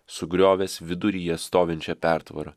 sugriovęs viduryje stovinčią pertvarą